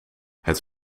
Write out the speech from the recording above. het